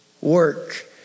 work